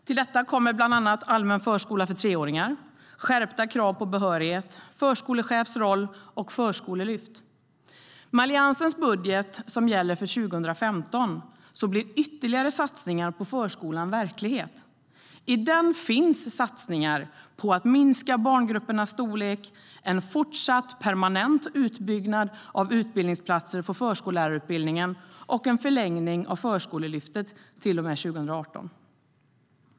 Till detta kommer bland annat allmän förskola för treåringar, skärpta krav på behörighet, förskolechefs roll och förskolelyft. Med Alliansens budget, som gäller för 2015, blir ytterligare satsningar på förskolan verklighet. I den finns satsningar på att minska barngruppernas storlek, en fortsatt permanent utbyggnad av utbildningsplatser på förskollärarutbildningen och en förlängning av Förskolelyftet till och med 2018.